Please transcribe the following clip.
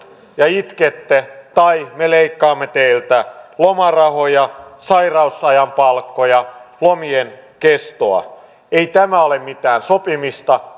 ja itkette tai me leikkaamme teiltä lomarahoja sairausajan palkkoja lomien kestoa ei tämä ole mitään sopimista